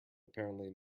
apparently